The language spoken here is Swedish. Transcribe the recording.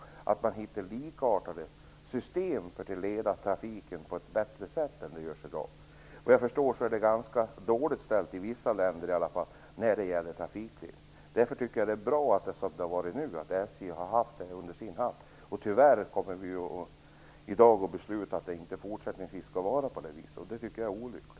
Man måste hitta likartade system för att leda trafiken på ett bättre sätt. Såvitt jag förstår är det ganska dåligt ställt beträffande trafikledning, i alla fall i vissa länder. Därför är det bra att SJ har haft detta under sin hatt. Tyvärr kommer vi i dag att besluta om att det inte skall fortsätta att vara så, och det tycker jag är olyckligt.